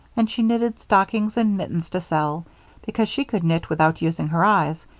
and she knitted stockings and mittens to sell because she could knit without using her eyes,